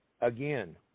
Again